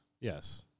Yes